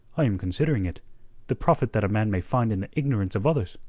i am considering it the profit that a man may find in the ignorance of others.